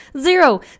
Zero